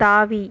தாவி